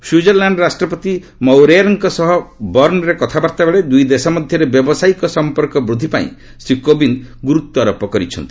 Switzerland ରାଷ୍ଟ୍ରପତି Maurer ସହ ବର୍ଷରେ କଥାବାର୍ତ୍ତା ବେଳେ ଦୁଇ ଦେଶ ମଧ୍ୟରେ ବ୍ୟାବସାୟିକ ସମ୍ପର୍କ ବୂଦ୍ଧି ପାଇଁ ଶ୍ରୀ କୋବିନ୍ଦ ଗୁରୁତ୍ୱାରୋପ କରିଛନ୍ତି